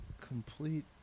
Complete